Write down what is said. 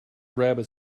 rabbit